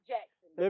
Jackson